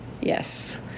Yes